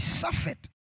suffered